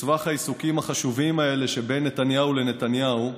בסבך העיסוקים החשובים האלה שבין נתניהו לנתניהו,